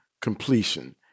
completion